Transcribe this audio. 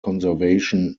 conservation